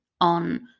on